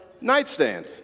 nightstand